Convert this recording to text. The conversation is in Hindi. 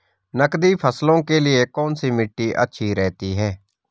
नकदी फसलों के लिए कौन सी मिट्टी अच्छी रहती है?